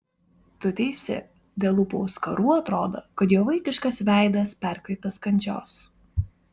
tu teisi dėl lūpų auskarų atrodo kad jo vaikiškas veidas perkreiptas kančios